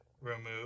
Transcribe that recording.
Remove